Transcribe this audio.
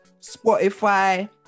spotify